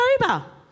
October